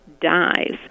dies